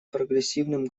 прогрессивным